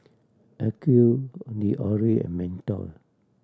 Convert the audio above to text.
Acuvue L'Oreal and Mentos